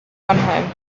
mannheim